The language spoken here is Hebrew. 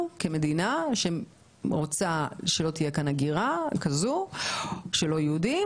כמדינה שרוצה שלא תהיה כאן הגירה כזו של לא יהודים,